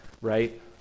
Right